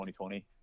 2020